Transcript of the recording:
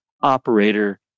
operator